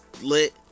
lit